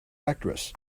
actress